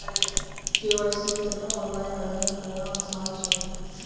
केवाईसीर तने ऑनलाइन आवेदन करना आसान छ